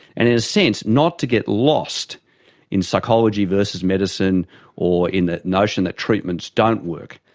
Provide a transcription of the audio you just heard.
and in a sense not to get lost in psychology versus medicine or in the notion that treatments don't work.